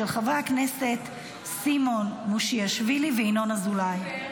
של חברי הכנסת סימון מושיאשוילי וינון אזולאי.